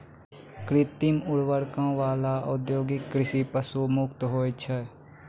कृत्रिम उर्वरको वाला औद्योगिक कृषि पशु मुक्त होय छै